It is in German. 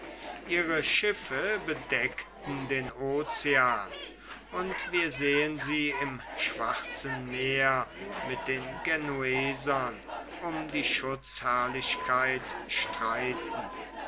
ihre schiffe bedeckten den ocean und wir sehen sie im schwarzen meer mit den genuesern um die schutzherrlichkeit streiten